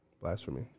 Blasphemy